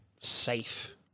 safe